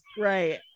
right